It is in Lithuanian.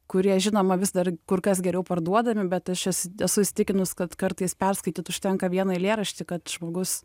kurie žinoma vis dar kur kas geriau parduodami bet aš esu esu įsitikinus kad kartais perskaityt užtenka vieną eilėraštį kad žmogus